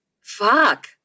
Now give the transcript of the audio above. Fuck